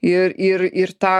ir ir ir tą